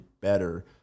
better